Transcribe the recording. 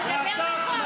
תדבר בקול.